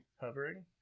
hovering